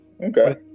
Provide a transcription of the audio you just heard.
okay